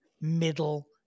middle